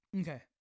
Okay